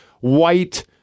white